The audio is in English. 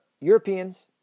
Europeans